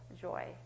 joy